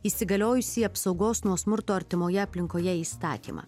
įsigaliojusį apsaugos nuo smurto artimoje aplinkoje įstatymą